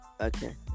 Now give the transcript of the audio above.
Okay